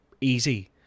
easy